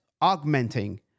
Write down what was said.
augmenting